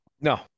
No